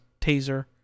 taser